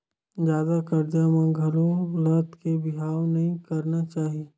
जादा करजा म घलो लद के बिहाव नइ करना चाही